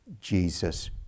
Jesus